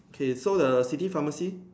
okay so the city pharmacy